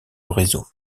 réseau